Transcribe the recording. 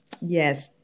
Yes